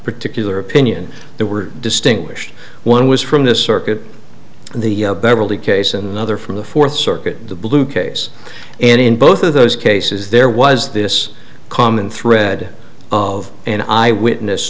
particular opinion that were distinguished one was from this circuit and the beverly case another from the fourth circuit the blue case and in both of those cases there was this common thread of and i witness